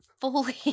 fully